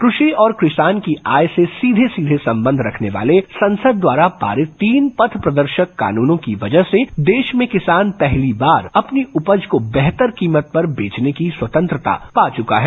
कृषि और किसान की आय से सीघे सीघे संबंध रखने वाले संसद द्वारा पारित तीन पथ प्रदर्शक कानूनों की वजह से देश में किसान पहली बार अपनी उपज को बेहतर कीमत पर बेचने की स्वतंत्रता पा चुका है